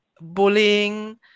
bullying